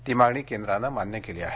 ती मागणी केंद्रानं मान्य केली आहे